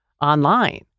online